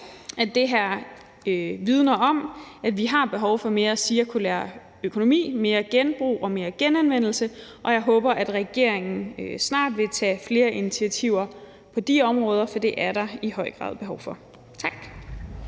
at det her vidner om, at vi har behov for mere cirkulær økonomi, mere genbrug og mere genanvendelse, og jeg håber, at regeringen snart vil tage flere initiativer på de områder. For det er der i høj grad behov for. Tak.